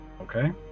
Okay